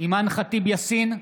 אימאן ח'טיב יאסין,